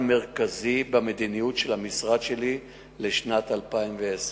מרכזי במדיניות של המשרד שלי לשנת 2010,